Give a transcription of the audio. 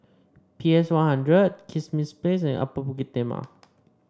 P S One Hundred Kismis Place and Upper Bukit Timah